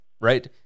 right